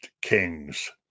Kings